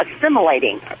assimilating